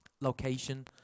Location